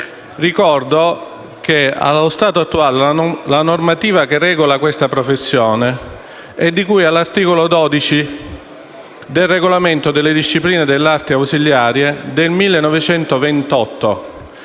Ricordo che, allo stato attuale, la normativa che regola questa professione è contenuta nell'articolo 12 del regolamento sulla disciplina delle arti ausiliarie delle